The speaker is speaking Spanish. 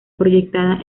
proyectada